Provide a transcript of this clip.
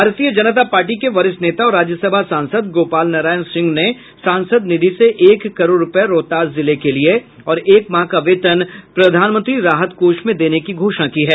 भारतीय जनता पार्टी के वरिष्ठ नेता और राज्यसभा सांसद गोपाल नारायण सिंह ने सांसद निधि से एक करोड़ रुपए रोहतास जिले के लिए और एक माह का वेतन प्रधानमंत्री राहत कोष में देने की घोषणा की है